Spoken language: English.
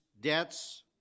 debts